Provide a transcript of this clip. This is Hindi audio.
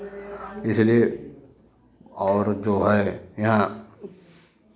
इसलिए और जो है यहाँ